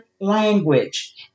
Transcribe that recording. language